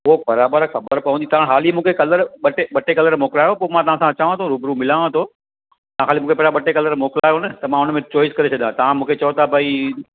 उहो बराबरि ख़बर पवंदी तव्हां हाली मूंखे कलर ॿ टे ॿ टे कलर मोकिलायो पोइ मां तव्हां सां अचांव थो रूबरू मिलांव थो तव्हां खाली मूंखे पहिरां ॿ टे कलर मोकिलायो न त मां उनमें चॉइस करे छॾियां तव्हां मूंखे चओ था भाई